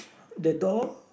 the door